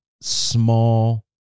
small